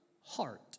heart